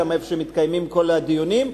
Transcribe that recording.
שם מתקיימים כל הדיונים,